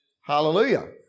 Hallelujah